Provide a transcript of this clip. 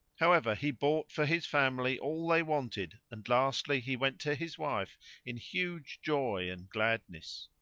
however, he bought for his family all they wanted and lastly he went to his wife in huge joy and gladness.